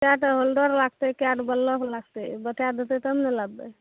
कएटा होल्डर लागतै कएटा बल्ब लागतै बतै देतै तब ने लाबबै